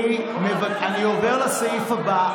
אני עובר לסעיף הבא.